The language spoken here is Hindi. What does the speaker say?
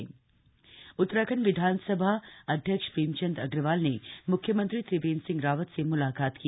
विधानसभा अध्यक्ष सीएम उत्तराखंड विधानसभा अध्यक्ष प्रेमचंद अग्रवाल ने मुख्यमंत्री त्रिवेंद्र सिंह रावत से मुलाकात की